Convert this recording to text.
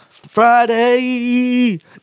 Friday